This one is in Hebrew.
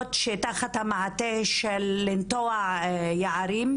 עבודות שתחת מעטה של לנטוע יערות,